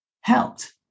helped